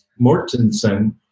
Mortensen